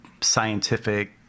scientific